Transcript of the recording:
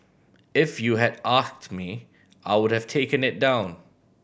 if you had asked me I would have taken it down